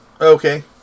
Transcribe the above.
Okay